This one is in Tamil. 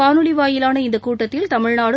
காணொலி வாயிலான இந்தக் கூட்டத்தில் தமிழ்நாடு